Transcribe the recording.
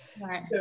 Right